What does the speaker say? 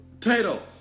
title